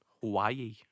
Hawaii